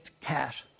cat